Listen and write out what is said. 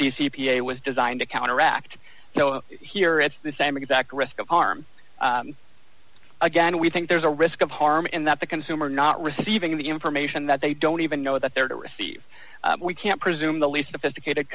t c p a was designed to counteract so here it's the same exact risk of harm again we think there's a risk of harm in that the consumer not receiving the information that they don't even know that they're to receive we can't presume the least if